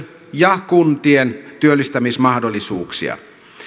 ja kuntien työllistämismahdollisuuksia